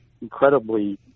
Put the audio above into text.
incredibly